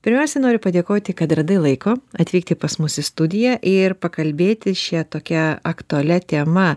pirmiausia noriu padėkoti kad radai laiko atvykti pas mus į studiją ir pakalbėti šia tokia aktualia tema